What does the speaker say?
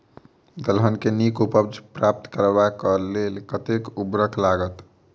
दलहन केँ नीक उपज प्राप्त करबाक लेल कतेक उर्वरक लागत?